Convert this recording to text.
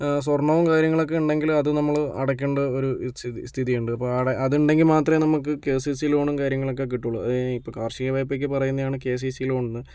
സ്വർണ്ണവും കാര്യങ്ങളൊക്കെ ഉണ്ടെങ്കിൽ അത് നമ്മൾ അടയ്ക്കേണ്ട ഒരു സ്ഥിതി സ്ഥിതിയുണ്ട് അതുണ്ടെങ്കിൽ മാത്രമേ നമുക്ക് കെ സി സി ലോണും കാര്യങ്ങളൊക്കെ കിട്ടുകയുള്ളൂ ഇപ്പോൾ കാർഷിക വായ്പക്ക് പറയുന്നതാണ് കെ സി സി ലോൺ എന്ന്